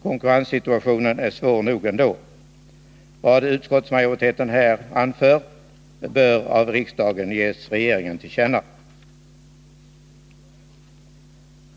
Konkurrenssituationen är svår nog ändå. Vad utskottsmajoriteten här anfört bör riksdagen ge regeringen till känna.